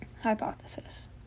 hypothesis